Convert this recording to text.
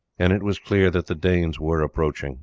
and it was clear that the danes were approaching